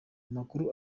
amakuru